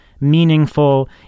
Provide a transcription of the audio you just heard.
meaningful